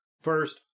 first